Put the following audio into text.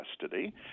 custody